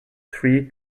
three